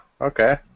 okay